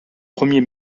premier